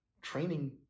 Training